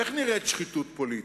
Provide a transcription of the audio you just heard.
איך נראית שחיתות פוליטית?